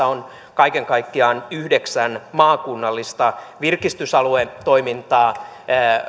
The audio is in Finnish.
on kaiken kaikkiaan yhdeksän maakunnallista virkistysaluetoimintaa